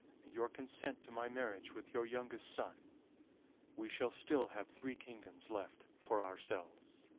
and your consent to my marriage with your youngest son we shall still have three kingdoms left for ourselves.